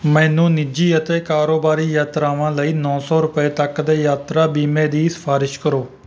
ਮੈਨੂੰ ਨਿੱਜੀ ਅਤੇ ਕਾਰੋਬਾਰੀ ਯਾਤਰਾਵਾਂ ਲਈ ਨੌ ਸੌ ਰੁਪਏ ਤੱਕ ਦੇ ਯਾਤਰਾ ਬੀਮੇ ਦੀ ਸਿਫ਼ਾਰਸ਼ ਕਰੋ